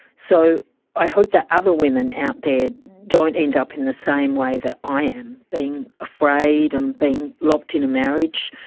so i hope that other women out there don't end up the same way that i am, being afraid and being locked in a marriage,